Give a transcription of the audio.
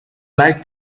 like